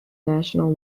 national